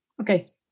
Okay